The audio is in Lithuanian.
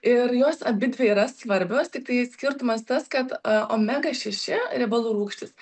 ir jos abidvi yra svarbios tiktai skirtumas tas kad omega šeši riebalų rūgštys